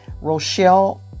Rochelle